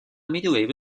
medioevo